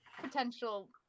potential